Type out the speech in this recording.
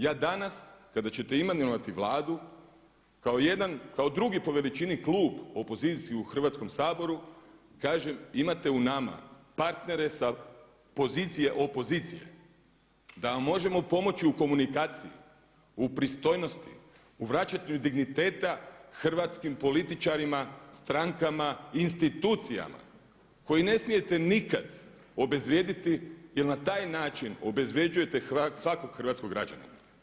Ja danas kada ćete imenovati Vladu kao jedan, kao drugi po veličini klub opozicijski u Hrvatskom saboru kažem imate u nama partnere sa pozicije opozicije da vam možemo pomoći u komunikaciji, u pristojnosti, u vraćanju digniteta hrvatskim političarima, strankama, institucijama koji ne smijete nikada obezvrijediti jer na taj način obezvrjeđujete svakog hrvatskog građanina.